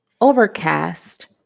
Overcast